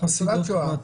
ניצולת שואה,